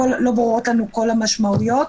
המשמעויות.